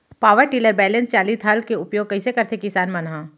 Power tiller बैलेंस चालित हल के उपयोग कइसे करथें किसान मन ह?